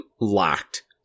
locked